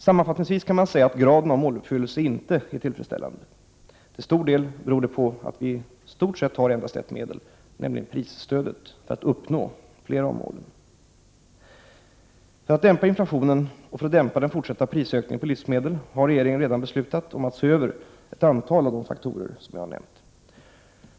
Sammanfattningsvis kan man säga att graden av måluppfyllelse inte är tillfredsställande. Till stor del beror detta på att vi i stort sett har endast ett medel, nämligen prisstödet, för att uppnå flera av målen. För att dämpa inflationen och för att dämpa den fortsatta prisökningen på livsmedel har regeringen redan beslutat om att se över ett antal av de faktorer som jag nämnt.